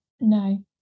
no